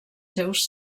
seus